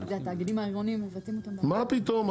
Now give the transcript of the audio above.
והתאגידים העירוניים מבצעים --- מה פתאום.